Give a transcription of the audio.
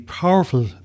powerful